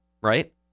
Right